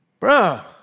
Bruh